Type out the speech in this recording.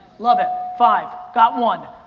love it, five. got one,